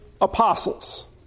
apostles